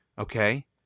Okay